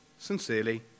Sincerely